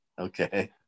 Okay